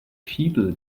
fibel